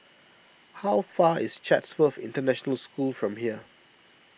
how far is Chatsworth International School from here